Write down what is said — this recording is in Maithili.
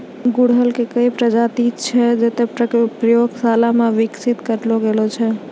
गुड़हल के कई प्रजाति तॅ प्रयोगशाला मॅ विकसित करलो गेलो छै